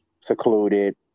secluded